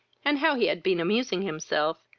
and how he had been amusing himself,